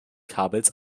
kabels